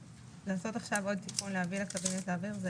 לעשות עכשיו עוד תיקון ולהביא לקבינט ולהעביר את זה,